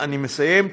אני מסיים.